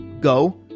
Go